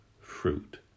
fruit